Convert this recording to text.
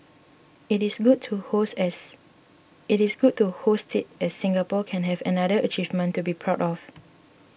it is good to host it as Singapore can have another achievement to be proud of